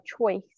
choice